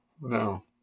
No